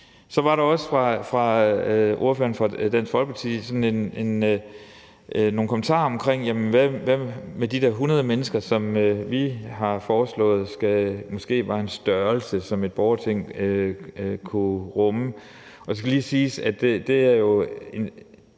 Så var der også fra ordføreren for Dansk Folkeparti nogle kommentarer om de 100 mennesker, som vi har foreslået måske var en størrelse, som et borgerting kunne rumme. Det skal lige siges, at det jo